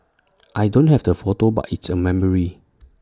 I don't have the photo but it's A memory